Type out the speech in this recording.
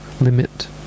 limit